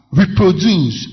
reproduce